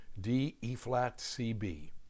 D-E-flat-C-B